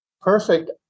Perfect